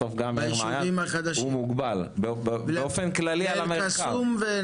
בסוף גם מעיין מוגבל, באופן כללי על המרחב.